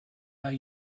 are